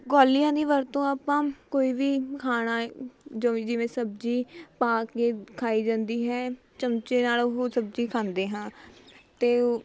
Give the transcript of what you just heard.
ਕੌਲੀਆਂ ਦੀ ਵਰਤੋਂ ਆਪਾਂ ਕੋਈ ਵੀ ਖਾਣਾ ਜਮੀ ਜਿਵੇਂ ਸਬਜ਼ੀ ਪਾ ਕੇ ਖਾਈ ਜਾਂਦੀ ਹੈ ਚਮਚੇ ਨਾਲ ਉਹ ਸਬਜ਼ੀ ਖਾਂਦੇ ਹਾਂ ਅਤੇ ਉਹ